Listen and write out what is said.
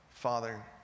Father